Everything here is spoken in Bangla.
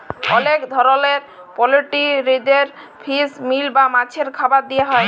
অলেক ধরলের পলটিরিদের ফিস মিল বা মাছের খাবার দিয়া হ্যয়